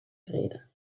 vrede